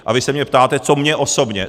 A vy se mě ptáte, co mně osobně.